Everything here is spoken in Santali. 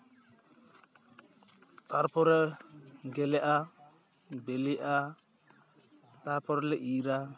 ᱛᱟᱨᱯᱚᱨᱮ ᱜᱮᱞᱮᱜᱼᱟ ᱵᱤᱞᱤᱜᱼᱟ ᱛᱟᱨᱯᱚᱨᱮ ᱞᱮ ᱤᱨᱟ